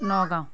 Nagaon